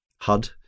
hud